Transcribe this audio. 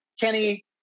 kenny